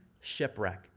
Shipwreck